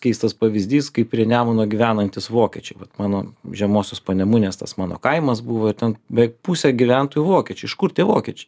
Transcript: keistas pavyzdys kaip prie nemuno gyvenantys vokiečiai bet mano žemosios panemunės tas mano kaimas buvo ten beveik pusė gyventojų vokiečiai iš kur tie vokiečiai